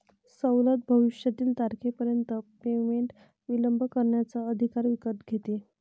सवलत भविष्यातील तारखेपर्यंत पेमेंट विलंब करण्याचा अधिकार विकत घेते